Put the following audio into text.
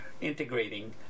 integrating